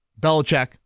Belichick